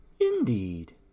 Indeed